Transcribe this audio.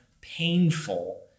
painful